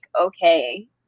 okay